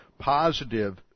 positive